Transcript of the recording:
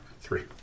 Three